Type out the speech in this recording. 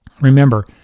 Remember